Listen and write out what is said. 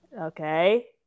Okay